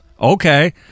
Okay